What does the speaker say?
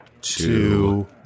two